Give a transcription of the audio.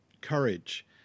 Courage